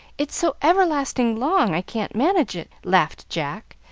it's so everlasting long, i can't manage it, laughed jack,